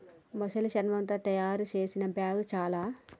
మొసలి శర్మముతో తాయారు చేసిన బ్యాగ్ చాల